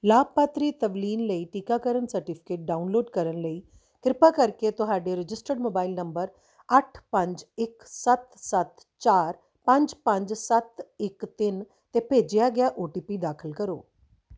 ਲਾਭਪਾਤਰੀ ਤਵਲੀਨ ਲਈ ਟੀਕਾਕਰਨ ਸਰਟੀਫਿਕੇਟ ਡਾਊਨਲੋਡ ਕਰਨ ਲਈ ਕਿਰਪਾ ਕਰਕੇ ਤੁਹਾਡੇ ਰਜਿਸਟਰਡ ਮੋਬਾਈਲ ਨੰਬਰ ਅੱਠ ਪੰਜ ਇੱਕ ਸੱਤ ਸੱਤ ਚਾਰ ਪੰਜ ਪੰਜ ਸੱਤ ਇੱਕ ਤਿੰਨ 'ਤੇ ਭੇਜਿਆ ਗਿਆ ਓ ਟੀ ਪੀ ਦਾਖਲ ਕਰੋ